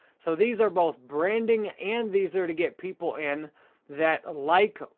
so these are both branding and these are to get people in that like,